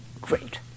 Great